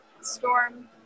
storm